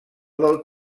del